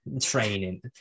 training